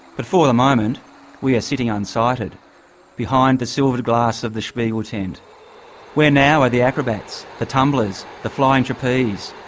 but for the moment we are sitting unsighted behind the silvered glass of the spiegeltent where now are the acrobats? the tumblers? the flying trapeze?